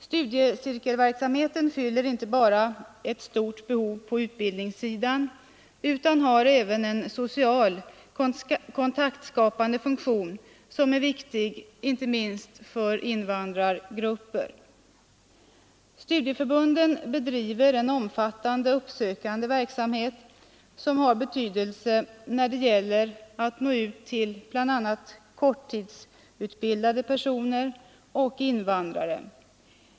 Studiecirkelverksamheten fyller inte bara ett stort behov på utbildningssidan utan har även en social, kontaktskapande funktion som är viktig, inte minst för invandrargrupper. Studieför bunden bedriver en omfattande uppsökande verksamhet, som har betydelse när det gäller att nå ut till bl.a. korttidsutbildade personer och invandrare.